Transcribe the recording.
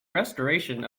restoration